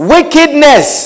Wickedness